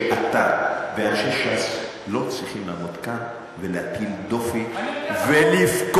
שאתה ואנשי ש"ס לא צריכים לעמוד כאן ולהטיל דופי ולבכות,